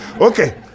Okay